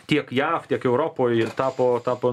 tiek jav tiek europoj tapo tapo